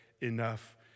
enough